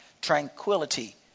tranquility